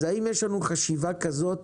אז האם יש לנו חשיבה כזאת